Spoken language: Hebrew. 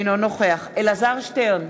אינו נוכח אלעזר שטרן,